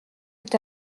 est